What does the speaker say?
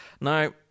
Now